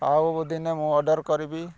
ଆଉ ଦିନେ ମୁଁ ଅର୍ଡ଼ର୍ କରିବି